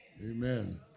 Amen